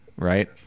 Right